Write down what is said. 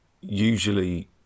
usually